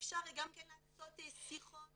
ואפשר גם לעשות שיחות